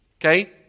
okay